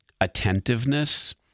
Attentiveness